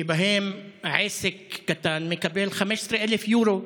שבו עסק קטן מקבל 15,000 יורו